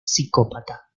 psicópata